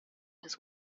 des